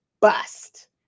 bust